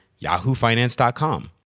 yahoofinance.com